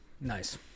Nice